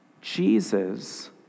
Jesus